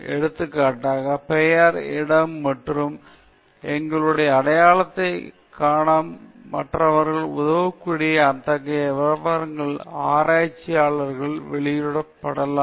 எடுத்துக்காட்டாக பெயர் இடம் மற்றும் எங்களுடைய அடையாளத்தை அடையாளம் காண மற்றவர்களுக்கு உதவக்கூடிய அத்தகைய விவரங்கள் ஆராய்ச்சியாளர்களால் வெளியிடப்படக்கூடாது